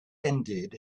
ended